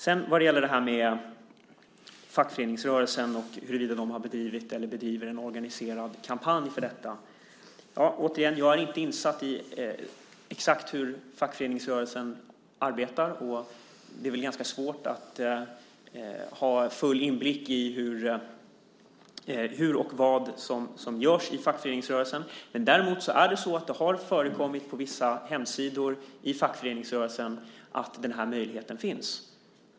Sedan har vi detta med fackföreningsrörelsen och huruvida den har bedrivit eller bedriver en organiserad kampanj för detta. Jag vill återigen säga att jag inte är insatt i exakt hur fackföreningsrörelsen arbetar. Det är nog ganska svårt att ha full inblick i vad som görs i fackföreningsrörelsen och hur det görs. Men på vissa hemsidor i fackföreningsrörelsen har det förekommit uppgifter om att den här möjligheten finns.